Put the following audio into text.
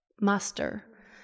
master